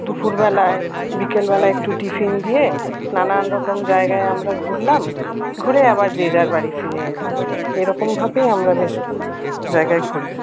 দুপুর বেলায় বিকেল বেলায় একটু টিফিন দিয়ে নানানরকম জায়গায় আমরা ঘুরলাম ঘুরে আবার যে যার বাড়ি ফিরে এলাম এরকমভাবেই আমরা বেশ জায়গায় ঘুরি